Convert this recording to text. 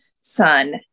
son